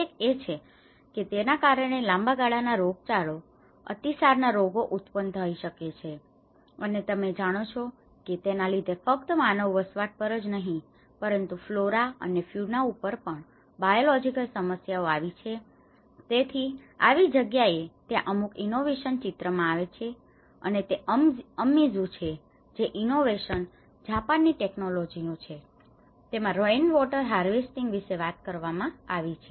એક એ છે કે તેના કારણે લાંબાગાળા ના રોગો અતિસાર ના રોગો ઉત્પન્ન થઇ શકે છે અને તમે જાણો છો કે તેના લીધે ફક્ત માનવ વસવાટ પરજ નહિ પરંતુ ફ્લોરા અને ફ્યુના ઉપર પણ બાયોલોજિકલ સમસ્યાઓ આવી શકે છે તેથી આવી જગ્યાએ ત્યાં અમુક ઇનોવેશન ચિત્ર માં આવે છે અને તે અમમીઝુ છે જે ઇનોવેશન જાપાન ની ટેક્નોલોજી નું છે તેમાં રેઈનવોટર હાર્વેસ્ટિંગ વિશે વાત કરવામાં આવી છે